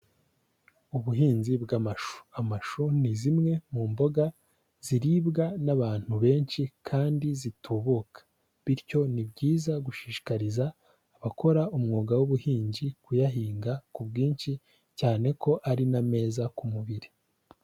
Ubuhinzi bw'amashu. Amashu ni zimwe mu mboga ziribwa n'abantu benshi kandi zitubuka. Bityo ni byiza gushishikariza abakora umwuga w'ubuhinzi kuyahinga ku bwinshi cyane ko ari n'ameza ku mubiri.